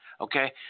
okay